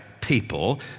people